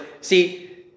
see